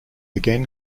again